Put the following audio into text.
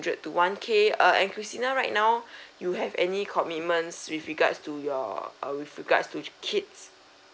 to one K uh and christina right now you have any commitments with regards to your uh with regards to kids